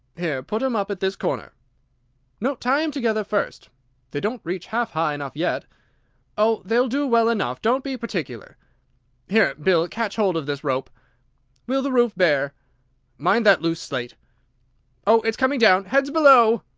here, put em up at this corner no, tie em together first they don't reach half high enough yet oh! they'll do well enough don't be particular here, bill! catch hold of this rope will the roof bear mind that loose slate oh, it's coming down! heads below!